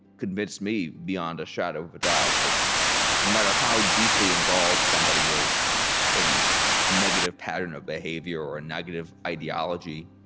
convince me beyond a shadow of a doubt that no matter how deeply involved somebody is in a negative pattern of behavior or a negative ideology,